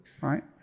right